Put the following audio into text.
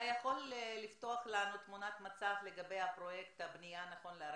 אתה יכול לפתוח לנו תמונת מצב לגבי פרויקט הבנייה נכון לעכשיו?